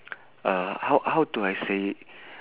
uh how how do I say it